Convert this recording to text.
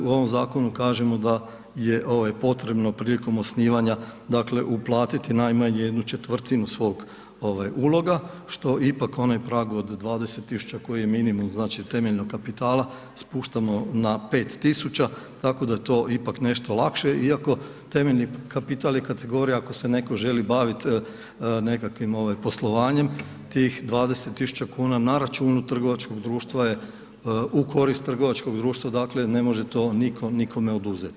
U ovom zakonu kažemo da je potrebno prilikom osnivanja, dakle, uplatiti najmanje ¼ svog uloga, što ipak onaj prag od 20.000,00 kn koji je minimum, znači, temeljnog kapitala, spuštamo na 5.000,00 kn, tako da je to ipak nešto lakše iako temeljni kapital je kategorija ako se netko želi bavit nekakvim poslovanjem, tih 20.000,00 kn na računu trgovačkog društva je u korist trgovačkog društva, dakle, ne može to nitko nikome oduzet.